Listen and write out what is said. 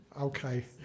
Okay